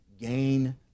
gain